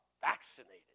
vaccinated